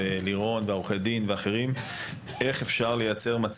לירון ועורכי הדין וגם האחרים יביאו פתרונות